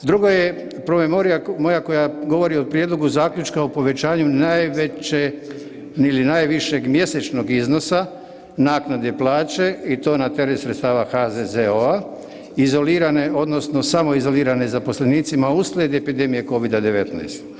Drugo je promemorija moja koja govori o prijedlogu zaključka o povećanju najveće ili najvišeg mjesečnog iznosa naknade plaće i to na teret sredstava HZZO-a, izolirane odnosno samoizolirane zaposlenicima uslijed epidemije Covida-19.